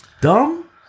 dumb